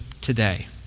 today